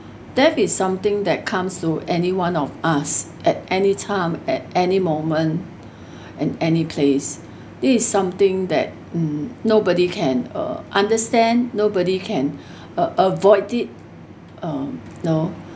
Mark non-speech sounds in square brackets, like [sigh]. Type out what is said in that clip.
death is something that comes to anyone of us at anytime at any moment and any place this is something that mm nobody can uh understand nobody can [breath] uh avoid it um know